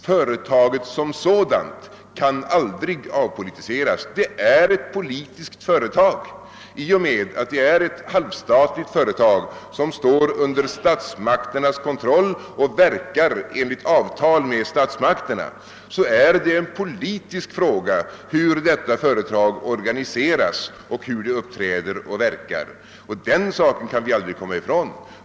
Företaget som sådant kan aldrig avpolitiseras. Det är ett politiskt företag. I och med att det är ett halvstatligt företag, som står under statsmakternas kontroll och verkar enligt avtal med statsmakterna, är det en politisk fråga hur detta företag organiseras, uppträder och verkar. Detta kan vi aldrig komma ifrån.